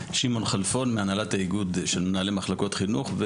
שמעון כלפון מהנהלת האיגוד של ראשי מחלקות חינוך,